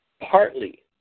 partly